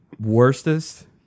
worstest